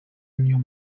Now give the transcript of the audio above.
niños